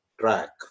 track